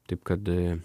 taip kad